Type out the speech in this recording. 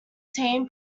team